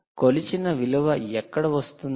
కొలిచిన విలువ ఎక్కడ వస్తుంది